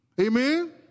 Amen